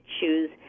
choose